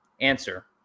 Answer